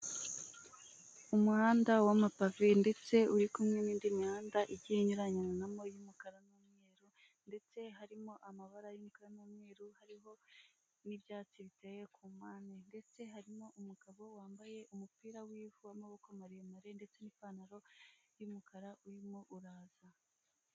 Umuhanda w'amapavi ndetse uri kumwe n'indi mihanda igiye inyuranyunamo y'umukara n'umweru ndetse harimo amabara y'imkara n'umweru hariho n'ibyatsi biteye ku mpane ndetse harimo umugabo wambaye umupira w'ivu w’ maboko maremare ndetse n'ipantaro yumukara urimo uraza.